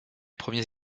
premiers